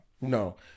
no